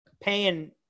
paying –